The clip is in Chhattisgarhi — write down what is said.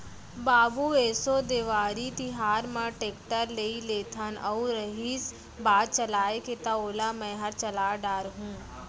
बाबू एसो देवारी तिहार म टेक्टर लेइ लेथन अउ रहिस बात चलाय के त ओला मैंहर चला डार हूँ